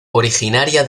originaria